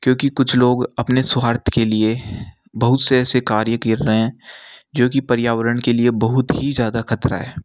क्योंकि कुछ लोग अपने स्वार्थ के लिए बहुत से ऐसे कार्य कर रहे हैं जो की पर्यावरण के लिए बहुत ही ज़्यादा ख़तरा है